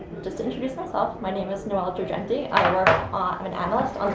just to introduce myself, my name is noel girgenti i'm ah ah i'm an analyst